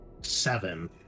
Seven